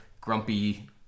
grumpy